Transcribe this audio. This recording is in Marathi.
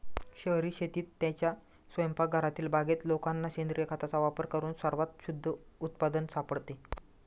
शहरी शेतीत, त्यांच्या स्वयंपाकघरातील बागेत लोकांना सेंद्रिय खताचा वापर करून सर्वात शुद्ध उत्पादन सापडते